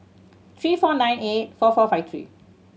three four nine eight four four five three